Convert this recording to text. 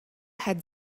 had